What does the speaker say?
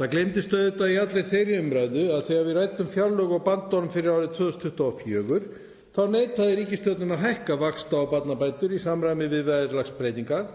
Það gleymdist auðvitað í allri þeirri umræðu að þegar við ræddum fjárlög og bandorm fyrir árið 2024 þá neitaði ríkisstjórnin að hækka vaxta- og barnabætur í samræmi við verðlagsbreytingar